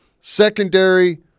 secondary